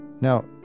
Now